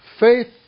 Faith